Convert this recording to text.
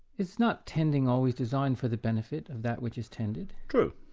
is not tending always designed for the benefit of that which is tended? true.